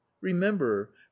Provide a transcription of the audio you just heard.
remember